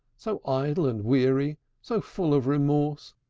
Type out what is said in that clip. so idle and weary, so full of remorse,